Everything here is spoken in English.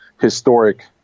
historic